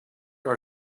our